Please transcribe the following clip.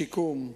שיקום,